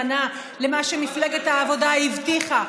ואני נשארת נאמנה למה שמפלגת העבודה הבטיחה,